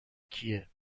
کیه